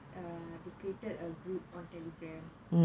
uh they created a group on Telegram